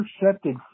intercepted